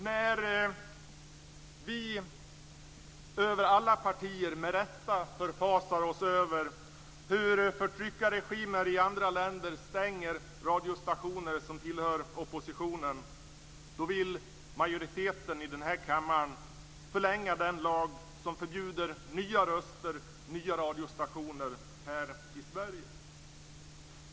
När vi över alla partigränser med rätta förfasar oss över hur förtryckarregimer i andra länder stänger radiostationer som tillhör oppositionen, vill majoriteten i den här kammaren förlänga den lag som förbjuder nya röster och nya radiostationer här i Sverige.